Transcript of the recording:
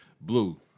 Blue